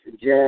jazz